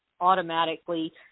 automatically